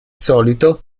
solito